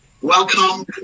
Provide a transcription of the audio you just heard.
Welcome